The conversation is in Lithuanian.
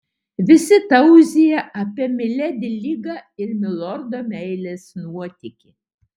visi tauzija apie miledi ligą ir milordo meilės nuotykį